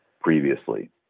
previously